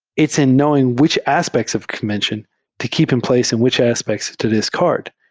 it's in knowing which aspects of convention to keep in place in which aspects to discard,